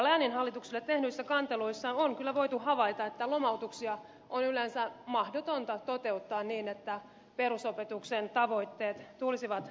lääninhallituksille tehdyissä kanteluissa on kyllä voitu havaita että lomautuksia on yleensä mahdotonta toteuttaa niin että perusopetuksen tavoitteet tulisivat täytetyiksi